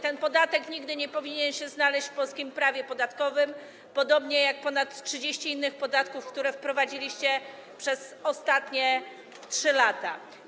Ten podatek nigdy nie powinien się znaleźć w polskim prawie podatkowym, podobnie jak ponad 30 innych podatków, które wprowadziliście przez ostatnie 3 lata.